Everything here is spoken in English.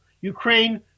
Ukraine